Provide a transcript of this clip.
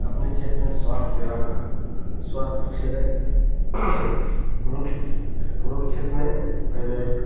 अपने क्षेत्र में स्वास्थय सेवा का स्वास्थय सेवा एक हम लोग की हम लोग के क्षेत्र में पहले एक